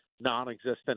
non-existent